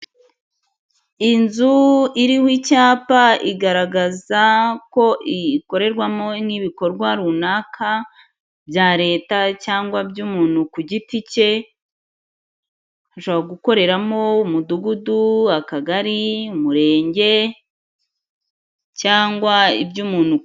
Inzu iriho icyapa igaragaza ko ikorerwamo nk'ibikorwa runaka bya leta cyangwa umuntu ku giti cye, hashobora gukoreramo Umudugudu, Akagari, Umurenge cyangwa iby'umuntu.